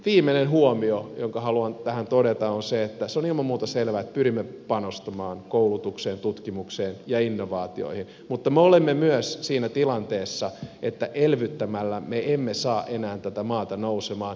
viimeinen huomio jonka haluan tähän todeta on se että on ilman muuta selvää että pyrimme panostamaan koulutukseen tutkimukseen ja innovaatioihin mutta me olemme myös siinä tilanteessa että elvyttämällä me emme saa enää tätä maata nousemaan